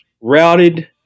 routed